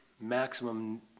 maximum